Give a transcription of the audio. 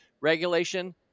Regulation